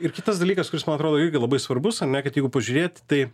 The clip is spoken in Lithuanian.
ir kitas dalykas kuris man atrodo irgi labai svarbus ar ne kad jeigu pažiūrėt į tai